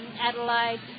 Adelaide